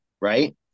Right